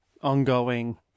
ongoing